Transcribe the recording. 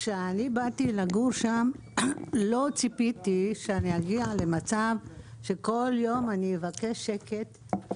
כשאני באתי לגור שם לא ציפיתי שאני אגיע למצב שאני אבקש שקט כל יום,